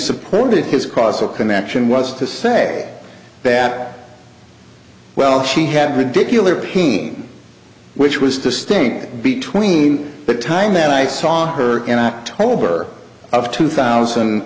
supported his causal connection was to say that well she had ridiculous pain which was distinct between the time that i saw her in october of two thousand